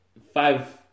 five